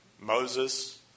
Moses